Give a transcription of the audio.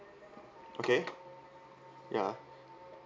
okay ya